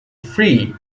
free